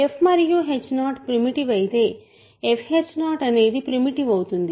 f మరియు h 0 ప్రిమిటివ్అయితే fh 0 అనేది ప్రిమిటివ్ అవుతుంది